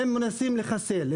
הם מנסים לחסל את הדיג.